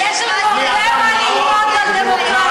אני אדם מאוד דמוקרט,